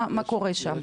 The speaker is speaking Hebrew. מה קורה שם?